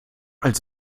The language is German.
als